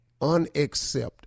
unaccept